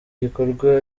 gikorwa